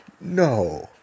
No